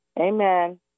Amen